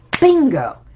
bingo